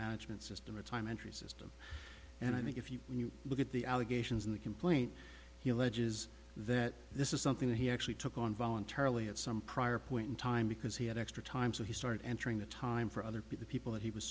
management system a time entry system and i think if you look at the allegations in the complaint he alleges that this is something that he actually took on voluntarily at some prior point in time because he had extra time so he started entering the time for other people that he was